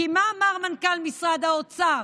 כי מה אמר מנכ"ל משרד האוצר?